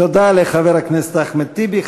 תודה לחבר הכנסת אחמד טיבי.